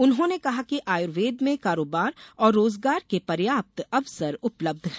उन्होंने कहा कि आयुर्वेद में कारोबार और रोजगार के पर्याप्त अवसर उपलब्ध है